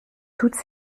toutes